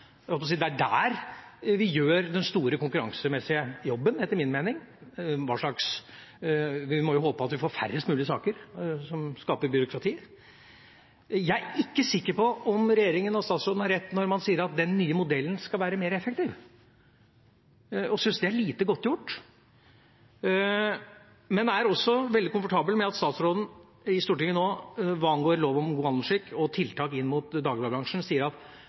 Det er der vi gjør den store konkurransemessige jobben etter min mening. Vi må jo håpe at vi får færrest mulige saker som skaper byråkrati. Jeg er ikke sikker på om regjeringa og statsråden har rett når man sier at den nye modellen skal være mer effektiv, og syns det er lite godtgjort. Men jeg er også veldig komfortabel med at statsråden i Stortinget nå hva angår lov om god handelsskikk og tiltak inn mot dagligvarebransjen – og det er bra – sier at